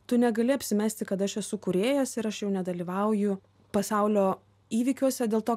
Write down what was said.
tu negali apsimesti kad aš esu kūrėjas ir aš jau nedalyvauju pasaulio įvykiuose dėl to